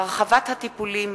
(הרחבות הטיפולים